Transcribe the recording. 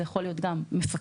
אלה יכולים להיות גם מפקחים.